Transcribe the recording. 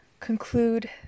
conclude